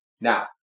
Now